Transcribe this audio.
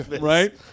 Right